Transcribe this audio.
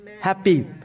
happy